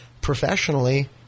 professionally